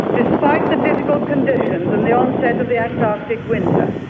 despite the difficult conditions and the onset of the antarctic winter.